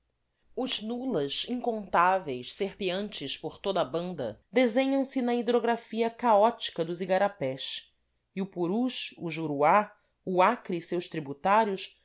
os nullas incontáveis serpeantes por toda a banda desenham se na hidrografia caótica dos igarapés e o purus o juruá o acre e seus tributários